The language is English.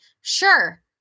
Sure